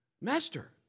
master